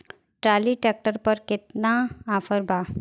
Trolley tractor पर केतना offer बा?